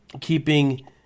keeping –